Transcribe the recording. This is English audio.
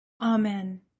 Amen